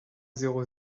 zéro